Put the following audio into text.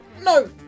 No